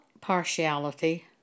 partiality